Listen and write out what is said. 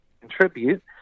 contribute